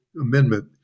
amendment